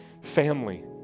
family